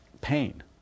pain